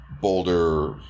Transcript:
Boulder